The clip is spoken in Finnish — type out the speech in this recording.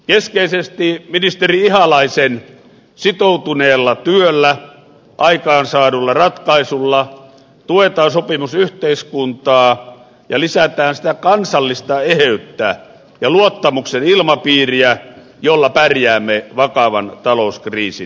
keskeisesti ministeri ihalaisen sitoutuneella työllä aikaansaadulla ratkaisulla tuetaan sopimusyhteiskuntaa ja lisätään sitä kansallista eheyttä ja luottamuksen ilmapiiriä jolla pärjäämme vakavan talouskriisin yli